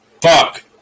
Fuck